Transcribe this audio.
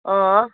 अँ